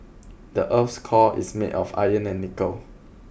the earth's core is made of iron and nickel